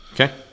Okay